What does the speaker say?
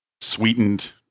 sweetened